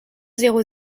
zéro